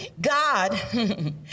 God